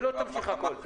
היא לא תמשיך הכול.